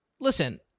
Listen